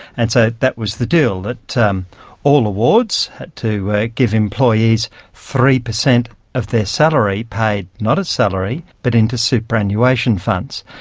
and so that was the deal, that um all awards had to give employees three percent of their salary paid not as salary but into superannuation funds.